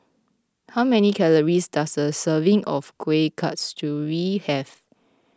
how many Calories does a serving of Kueh Kasturi have